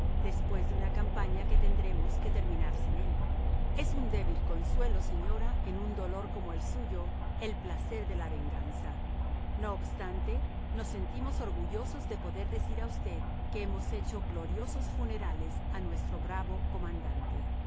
después de una campaña que tendremos que terminar sin él es un débil consuelo señora en un dolor como el suyo el placer de la venganza no obstante nos sentimos orgullosos de poder decir a usted que hemos hecho gloriosos funerales a nuestro bravo comandante